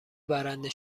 برنده